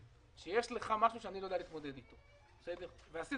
שיש לך משהו שאני לא יודע להתמודד איתו: "ועשית